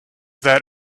that